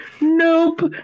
nope